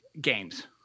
games